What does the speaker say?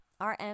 RM